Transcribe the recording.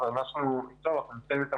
אנחנו מומחים פה כדי לתת פתרונות לטווח הקצר,